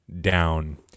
down